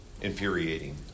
infuriating